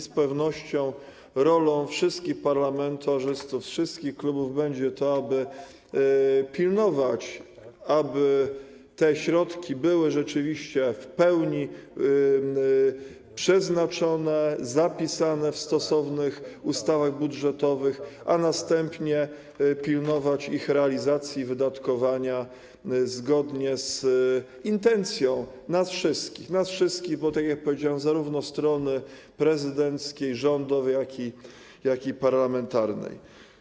Z pewnością rolą wszystkich parlamentarzystów z wszystkich klubów będzie to, aby pilnować, aby te środki były rzeczywiście w pełni na to przeznaczone, zapisane w stosownych ustawach budżetowych, a następnie pilnować ich realizacji i wydatkowania zgodnie z intencją nas wszystkich - tak jak powiedziałem: zarówno strony prezydenckiej, rządowej, jak i parlamentarnej.